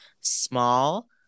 small